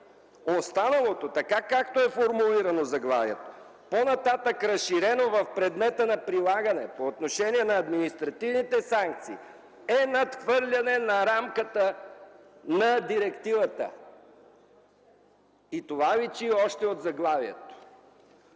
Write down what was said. Останалото, така както е формулирано заглавието, по-нататък разширено в предмета на прилагане по отношение на административните санкции, е надхвърляне на рамката на директивата! Това личи още от заглавието.